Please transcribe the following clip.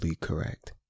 correct